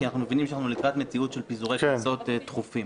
כי אנחנו מבינים שאנחנו לקראת מציאות של פיזורי כנסות דחופים.